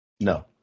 No